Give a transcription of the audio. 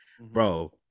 bro